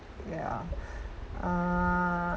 yeah err